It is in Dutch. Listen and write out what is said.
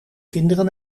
kinderen